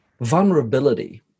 vulnerability